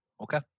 Okay